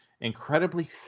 incredibly